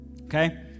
Okay